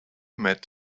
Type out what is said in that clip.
met